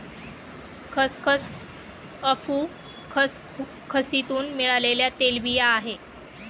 खसखस अफू खसखसीतुन मिळालेल्या तेलबिया आहे